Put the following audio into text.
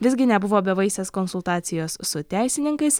visgi nebuvo bevaisės konsultacijos su teisininkais